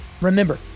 Remember